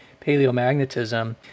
paleomagnetism